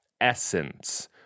essence